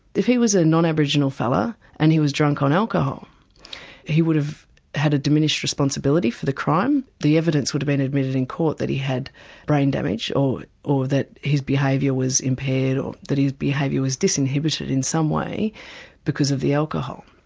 if he was a non-aboriginal fellow and he was drunk on alcohol he would have had a diminished responsibility for the crime. the evidence would have been admitted in court that he had brain damage or or that his behaviour was impaired, or that his behaviour was disinhibited in some way because of the alcohol.